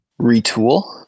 retool